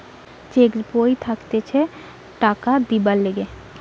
check বই থাকতিছে টাকা দিবার লিগে